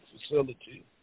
facility